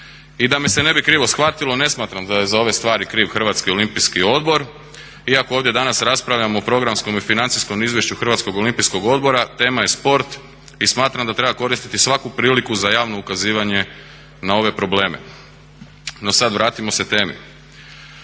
I da me se ne bi krivo shvatilo ne smatram da je za ove stvari kriv Hrvatski olimpijski odbor iako ovdje danas raspravljamo o programskom i financijskom izvješću Hrvatskog olimpijskog odbora tema je sport i smatram da treba koristiti i svaku priliku za javno ukazivanje na ove probleme. No sada vratimo se temi.